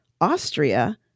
Austria